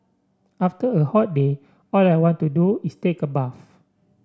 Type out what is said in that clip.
after a hot day all I want to do is take a bath